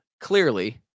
clearly